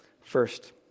first